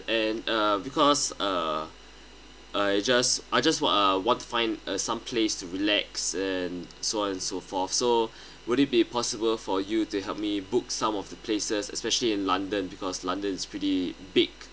and uh because uh I just I just want uh want find uh some place to relax and so on so forth so would it be possible for you to help me book some of the places especially in london because london's pretty big